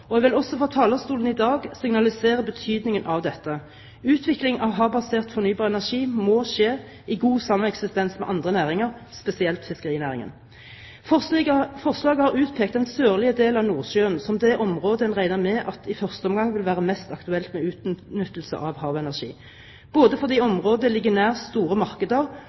og jeg vil også fra talerstolen i dag signalisere betydningen av dette. Utviklingen av havbasert fornybar energi må skje i god sameksistens med andre næringer, spesielt fiskerinæringen. Forslaget har utpekt den sørlige del av Nordsjøen som det området en regner med at det i første omgang vil være mest aktuelt med utnyttelse av havenergi, fordi området ligger nær store markeder